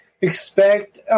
expect